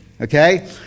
okay